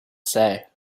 say